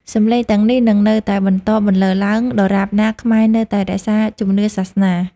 សំឡេងទាំងនេះនឹងនៅតែបន្តបន្លឺឡើង ដរាបណាខ្មែរនៅតែរក្សាជំនឿសាសនា។